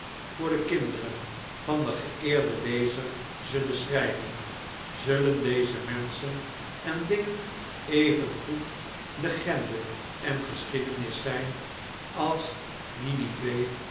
voor de kinderen van den geeerden lezer zullen schrijven zullen deze menschen en dingen evengoed legende en geschiedenis zijn als